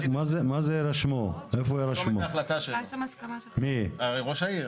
ראש העיר